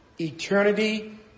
eternity